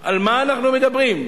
על מה אנחנו מדברים?